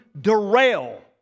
derail